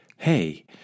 Hey